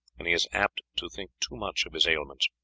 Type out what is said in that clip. and he is apt to think too much of his ailments.